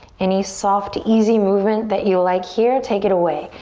any soft, easy movement that you like here, take it away.